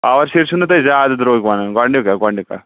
power سیٖر چھِو نہٕ تُہۍ زیادٕ دروٚگ وَنان گۄڈٕنیُک اکھ گۄڈٕنیُک اکھ